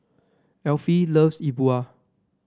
Elfie loves E Bua